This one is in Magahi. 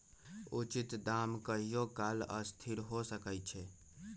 उचित दाम कहियों काल असथिर हो सकइ छै